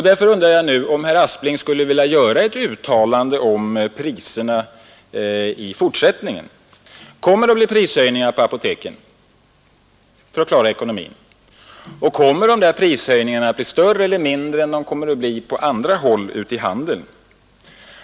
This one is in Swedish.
Därför undrar jag om herr Aspling nu skulle vilja göra ett uttalande om priserna i fortsättningen. Kommer det att bli prishöjningar vid apoteken för att klara ekonomin? Och kommer de prishöjningarna att bli större eller mindre än på andra håll inom handeln?